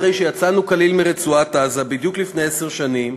אחרי שיצאנו כליל מרצועת-עזה בדיוק לפני עשר שנים,